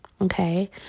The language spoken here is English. Okay